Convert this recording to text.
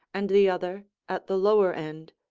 and the other, at the lower end,